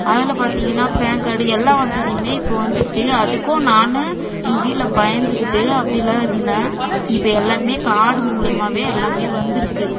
அதில் பார்த்திங்கன்னா PAN card எல்லா வசதியுமே இப்போ வந்துருச்சு அதுக்கும் நான் எங்கள் வீட்டில் பயந்துக்கிட்டு அப்படிலாம் இருந்தேன் இப்போ எல்லாமே கார்டு மூலியமாகவே எல்லாமே வந்து இருக்கு